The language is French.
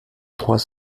trois